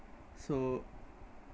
so